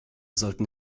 sollten